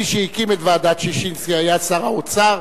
מי שהקים את ועדת-ששינסקי היה שר האוצר,